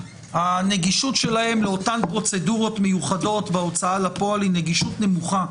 הנגישות שלהם לאותן פרוצדורות מיוחדות בהוצאה לפועל היא נגישות נמוכה.